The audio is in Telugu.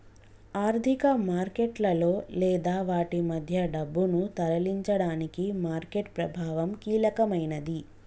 ఆర్థిక మార్కెట్లలో లేదా వాటి మధ్య డబ్బును తరలించడానికి మార్కెట్ ప్రభావం కీలకమైనది